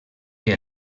que